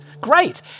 Great